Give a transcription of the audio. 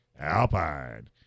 alpine